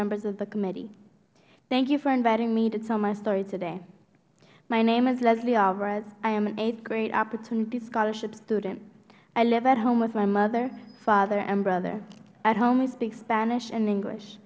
members of the committee thank you for inviting me to tell my story today my name is lesly alvarez i am an eighth grade opportunity scholarship student i live at home with my mother father and brother at home we speak spanish and english